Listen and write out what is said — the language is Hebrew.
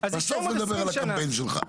ובסוף נקבל את הקמפיין שלך.